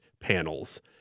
panels